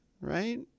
right